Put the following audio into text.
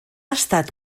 estat